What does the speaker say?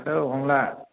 hello Hangla